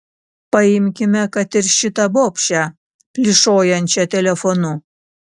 paimkime kad ir šitą bobšę plyšojančią telefonu